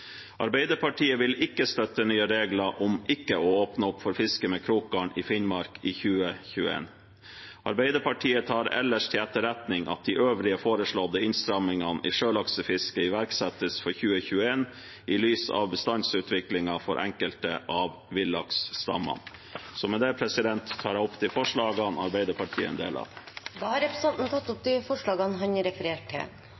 Arbeiderpartiet vil ikke støtte nye regler om ikke å åpne opp for fiske med krokgarn i Finnmark i 2021. Arbeiderpartiet tar ellers til etterretning at de øvrige foreslåtte innstrammingene i sjølaksefisket iverksettes for 2021 i lys av bestandsutviklingen for enkelte av villaksstammene. Med det tar jeg opp de forslagene Arbeiderpartiet er en del av. Representanten Runar Sjåstad har tatt opp de forslagene han refererte til.